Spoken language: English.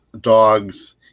dogs